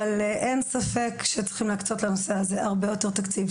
אבל אין ספק שצריכים להקצות לנושא הזה הרבה יותר תקציב,